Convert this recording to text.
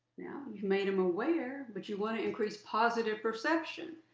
now you've made them aware, but you want to increase positive perception.